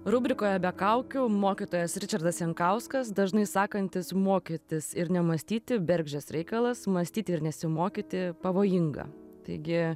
rubrikoje be kaukių mokytojas ričardas jankauskas dažnai sakantis mokytis ir nemąstyti bergždžias reikalas mąstyti ir nesimokyti pavojinga taigi